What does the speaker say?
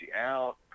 out